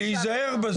להיזהר בזה.